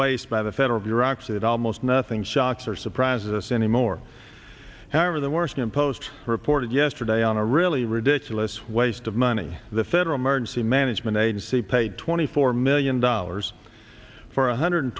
waste by the federal bureaucracy that almost nothing shocks or surprises us anymore however the worsening post reported yesterday on a really ridiculous waste of money the federal emergency management agency paid twenty four million dollars for one hundred